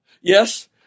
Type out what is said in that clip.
Yes